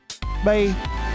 Bye